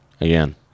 again